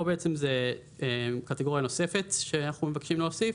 פה בעצם זה קטגוריה נוספת שאנחנו מבקשים להוסיף,